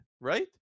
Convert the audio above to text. right